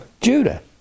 Judah